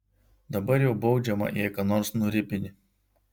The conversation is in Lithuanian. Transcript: dabar jau baudžiama jei ką nors nuripini